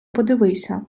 подивися